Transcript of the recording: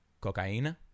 cocaine